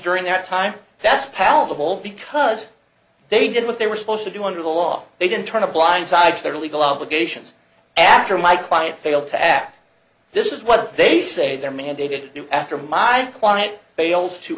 during that time that's palatable because they did what they were supposed to do under the law they didn't turn a blind side to their legal obligations after my client fail to act this is what they say they're mandated to do after my client fails to